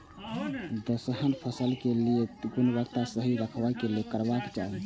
दलहन फसल केय गुणवत्ता सही रखवाक लेल की करबाक चाहि?